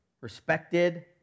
respected